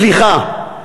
סליחה,